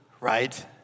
right